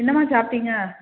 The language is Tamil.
என்னம்மா சாப்பிட்டீங்க